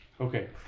Okay